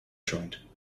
joint